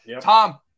Tom